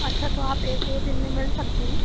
अच्छा तो आप एक दो दिन में मिल सकतीं हैं